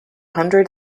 hundred